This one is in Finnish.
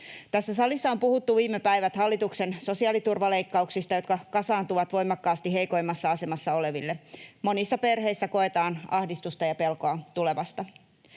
Tässä salissa on puhuttu viime päivät hallituksen sosiaaliturvaleikkauksista, jotka kasaantuvat voimakkaasti heikoimmassa asemassa oleville. Monissa perheissä koetaan ahdistusta ja pelkoa tulevasta.